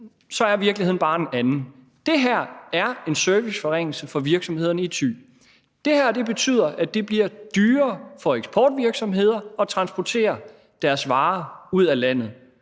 er virkeligheden bare en anden. Det her er en serviceforringelse for virksomhederne i Thy. Det her betyder, at det bliver dyrere for eksportvirksomheder at transportere deres varer ud af landet.